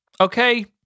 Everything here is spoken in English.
Okay